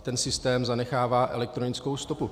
Ten systém zanechává elektronickou stopu.